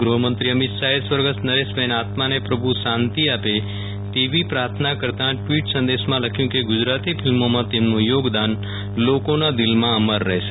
ગૃહમંત્રી અમિત શાહે સ્વ નરેશભાઇના આત્માને પ્રભ્યુ શાંતિ આપે તેવી પ્રાર્થના કરતા ટવીટ સંદેશમાં લખ્યુ કે ગુજરાતી ફિલ્મોમાં તેમનુ થોગદાન લોકોના દિલમાં અમર રહેશે